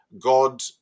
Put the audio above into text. God